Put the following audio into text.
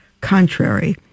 contrary